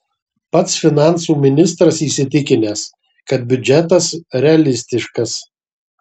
pats finansų ministras įsitikinęs kad biudžetas realistiškas